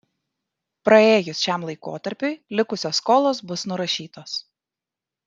praėjus šiam laikotarpiui likusios skolos bus nurašytos